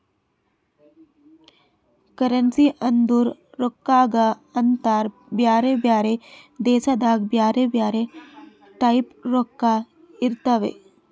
currency ಅಂದುರ್ ರೊಕ್ಕಾಗ ಅಂತಾರ್ ಬ್ಯಾರೆ ಬ್ಯಾರೆ ದೇಶದಾಗ್ ಬ್ಯಾರೆ ಬ್ಯಾರೆ ಟೈಪ್ ರೊಕ್ಕಾ ಇರ್ತಾವ್